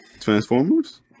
Transformers